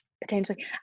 potentially